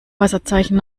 wasserzeichen